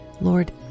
Lord